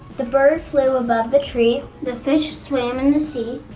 the bird flew above the tree. the fish swam in the sea.